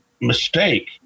mistake